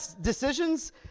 decisions